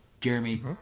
Jeremy